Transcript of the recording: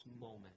moment